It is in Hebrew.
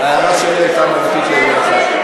ההערה שלי הייתה מהותית לגבי צה"ל.